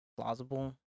plausible